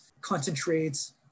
concentrates